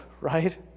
right